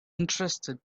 interested